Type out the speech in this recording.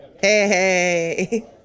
Hey